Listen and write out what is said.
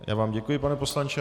Já vám děkuji, pane poslanče.